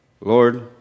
Lord